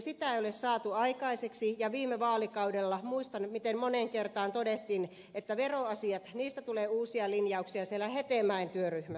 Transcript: sitä ei ole saatu aikaiseksi ja viime vaalikaudelta muistan miten moneen kertaan todettiin että veroasioista tulee uusia linjauksia siellä hetemäen työryhmässä